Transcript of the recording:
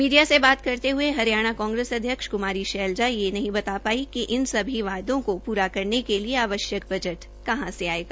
media से बात करते हये हरियाणा कांग्रेस अध्यक्ष क्मारी शैलजा यह नहीं बता पाई कि सभी वादों की पूरा करने के लिए आवश्यक बजट कहां से आयेगा